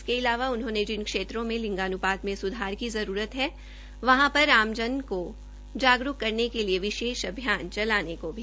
इसके अलावा उन्होंने जिन क्षेत्रों में लिंगान्पात में सुधार की जरूरत है वहां पर आमजन को जागरूक करने के लिए विशेष अभियान चलाने को भी कहा